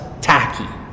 tacky